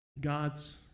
God's